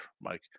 Mike